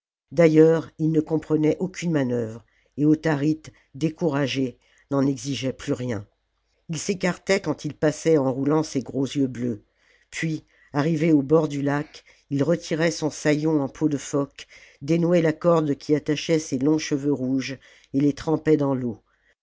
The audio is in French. d'ailleurs ils ne comprenaient aucune manœuvre et audiarite découragé n'en exigeait plus rien ils s'écartaient quand il passait en roulant ses gros jeux bleus puis arrivé au bord du lac il retirait son sayon en peau de phoque dénouait la corde qui attachait ses longs cheveux rouges et les trempait dans l'eau